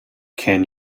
can